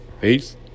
Peace